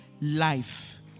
life